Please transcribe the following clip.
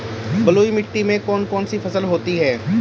बलुई मिट्टी में कौन कौन सी फसल होती हैं?